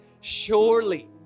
surely